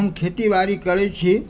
हम खेती बाड़ी करै छी